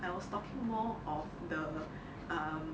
I was talking more of the um